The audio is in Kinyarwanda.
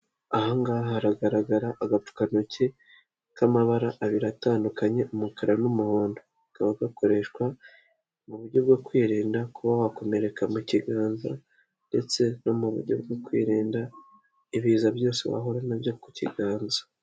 Aha ngaha haragaragara agapfukantoki k'amabara abiri atandukanye, umukara n'umuhondo. Kakaba gakoreshwa mu buryo bwo kwirinda kuba wakomereka mu kiganza ndetse no mu buryo bwo kwirinda, ibiza byose wahura na byo ku kiganza.